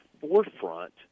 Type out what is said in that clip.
forefront